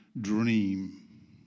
dream